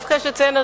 דווקא יש לציין,